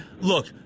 Look